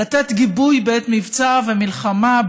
לתת גיבוי בעת מבצע ומלחמה,